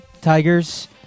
Tigers